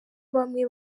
bamwe